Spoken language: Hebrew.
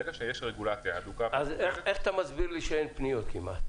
ברגע שיש רגולציה הדוקה --- אז איך אתה מסביר לי שאין פניות כמעט?